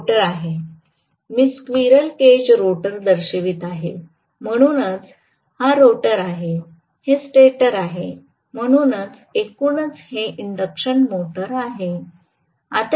मी squirrel cage rotor दर्शवित आहे म्हणूनच हा रोटर आहे हे स्टेटर आहे म्हणूनच एकूणच हे इंडक्शन मोटर आहे